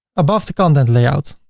above the content layout,